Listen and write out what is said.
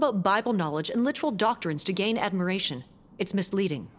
about bible knowledge and literal doctrines to gain admiration it's misleading